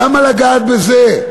למה לגעת בזה?